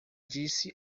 disse